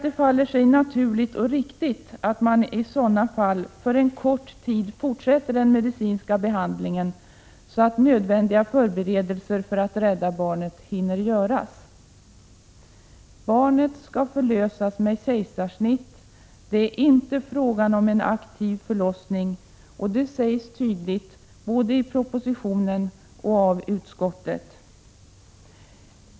Det faller sig naturligt och riktigt att man i sådana fall för en kort tid fortsätter den medicinska behandlingen, så att nödvändiga förberedelser för att rädda barnet hinner göras. Barnet skall förlösas med kejsarsnitt. Det är inte fråga om en aktiv förlossning. Detta sägs tydligt i propositionen och av utskottet.